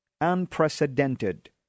unprecedented